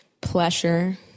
pleasure